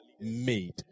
made